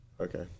Okay